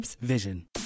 Vision